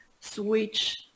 switch